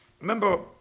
Remember